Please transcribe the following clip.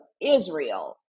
Israel